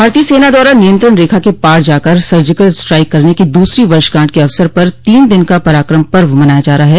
भारतीय सेना द्वारा नियंत्रण रेखा के पार जाकर सर्जिकल स्ट्राइक करने की दूसरी वर्षगांठ के अवसर पर तीन दिन का पराक्रम पर्व मनाया जा रहा है